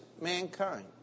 mankind